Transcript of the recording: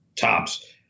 tops